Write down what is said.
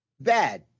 bad